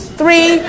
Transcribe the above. three